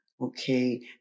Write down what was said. Okay